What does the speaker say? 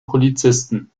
polizisten